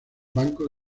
banco